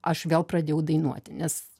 aš vėl pradėjau dainuoti nes